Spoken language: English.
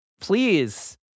please